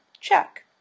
check